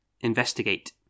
Investigate